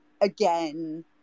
again